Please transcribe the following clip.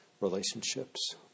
relationships